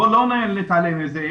בוא לא נתעלם מזה,